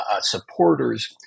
supporters